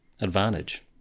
advantage